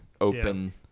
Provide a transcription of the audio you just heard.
open